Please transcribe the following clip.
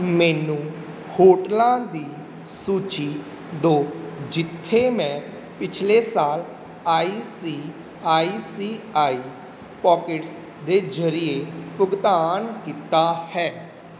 ਮੈਨੂੰ ਹੋਟਲਾਂ ਦੀ ਸੂਚੀ ਦਿਉ ਜਿੱਥੇ ਮੈਂ ਪਿਛਲੇ ਸਾਲ I C I C I Pockets ਦੇ ਜ਼ਰੀਏ ਭੁਗਤਾਨ ਕੀਤਾ ਹੈ